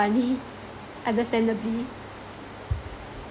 funny understandably